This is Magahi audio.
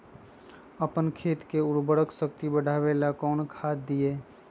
अपन खेत के उर्वरक शक्ति बढावेला कौन खाद दीये?